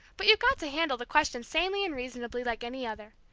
but you've got to handle the question sanely and reasonably, like any other.